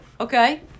Okay